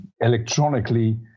electronically